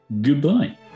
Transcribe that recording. Goodbye